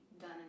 done